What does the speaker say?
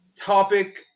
topic